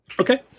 Okay